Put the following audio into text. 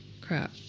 Crap